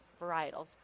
varietals